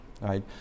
Right